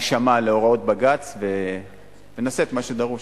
נישמע להוראות בג"ץ ונעשה את מה שדרוש.